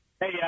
hey